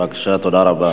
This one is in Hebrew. תודה רבה.